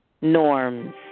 norms